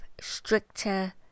stricter